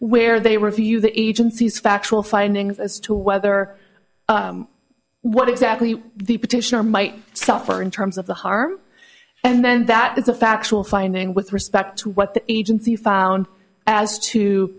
where they review the agency's factual findings as to whether what exactly the petitioner might suffer in terms of the harm and then that is a factual finding with respect to what the agency found as to